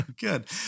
Good